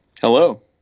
Hello